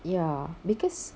ya because